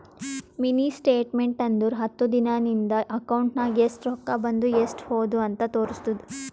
mini statement ಅಂದುರ್ ಹತ್ತು ದಿನಾ ನಿಂದ ಅಕೌಂಟ್ ನಾಗ್ ಎಸ್ಟ್ ರೊಕ್ಕಾ ಬಂದು ಎಸ್ಟ್ ಹೋದು ಅಂತ್ ತೋರುಸ್ತುದ್